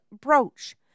brooch